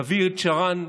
דוד שרן,